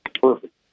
perfect